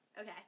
okay